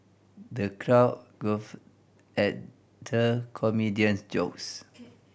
the crowd guffawed at the comedian's jokes